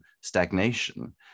stagnation